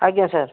ଆଜ୍ଞା ସାର୍